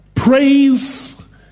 praise